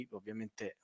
ovviamente